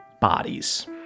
bodies